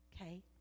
okay